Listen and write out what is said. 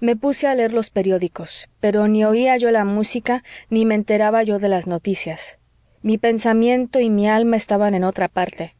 me puse a leer los periódicos pero ni oía yo la música ni me enteraba yo de las noticias mi pensamiento y mi alma estaban en otra parte